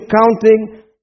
counting